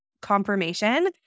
confirmation